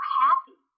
happy